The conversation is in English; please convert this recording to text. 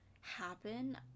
happen